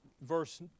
verse